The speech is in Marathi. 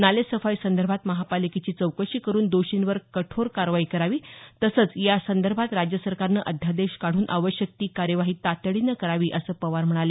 नालेसफाई संदर्भात महापालिकेची चौकशी करून दोषींवर कठोर कारवाई करावी तसंच यासंदर्भात राज्य सरकारनं अध्यादेश काढून आवश्यक ती कार्यवाही तातडीनं करावी असं पवार म्हणाले